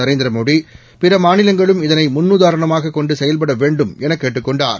நரேந்திர மோடி பிற மாநிலங்களும் இதனை முன்னுதாரணமாக கொண்டு செயல்பட வேண்டும் என கேட்டுக் கொண்டார்